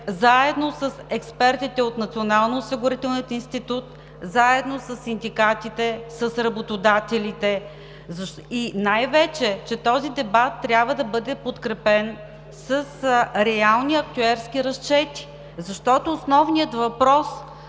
заедно с експертите от Националния осигурителния институт, заедно със синдикатите, с работодателите, защото този дебат трябва да бъде подкрепен с реални актюерски разчети. Защото основният въпрос